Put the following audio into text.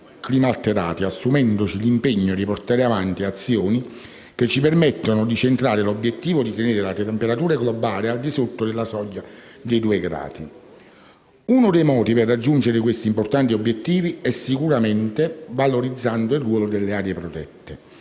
climalteranti, assumendoci l'impegno di portare avanti azioni che ci permettano di centrare l'obiettivo di mantenere l'aumento della temperatura globale al di sotto della soglia dei due gradi. Uno dei modi per raggiungere questi importanti obiettivi è sicuramente la valorizzazione del ruolo delle aree protette,